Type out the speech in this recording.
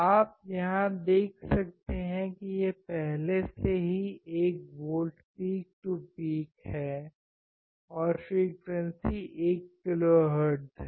आप यहाँ देख सकते हैं कि यह पहले से ही 1 V पीक टू पीक है और फ्रीक्वेंसी 1 किलोहर्ट्ज़ है